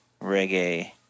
reggae